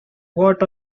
what